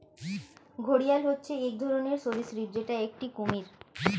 ঘড়িয়াল হচ্ছে এক ধরনের সরীসৃপ যেটা একটি কুমির